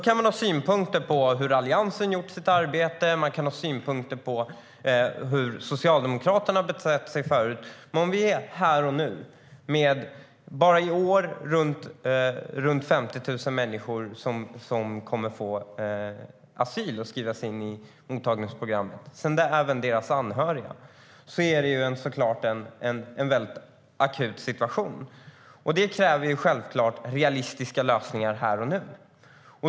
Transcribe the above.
Man kan ha synpunkter på Alliansens arbete och på hur Socialdemokraterna har betett sig, men bara i år kommer ca 50 000 människor att få asyl och skrivas in i mottagningsprogram. Sedan tillkommer även deras anhöriga. Så det är såklart en väldigt akut situation. Det kräver självklart realistiska lösningar här och nu.